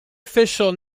official